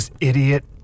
idiot